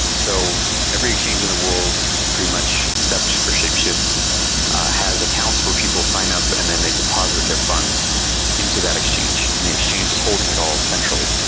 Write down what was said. so every exchange in the world pretty much except for shapeshift has accounts for people sign up and then they deposit their funds into that exchange, and the exchange is holding it all centrally.